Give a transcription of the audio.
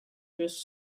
crust